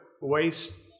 waste